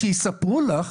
שיספרו לך